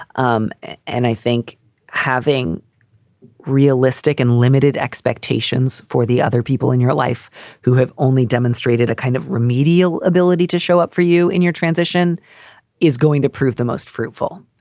um and i think having realistic and limited expectations for the other people in your life who have only demonstrated a kind of remedial ability to show up for you in your transition is going to prove the most fruitful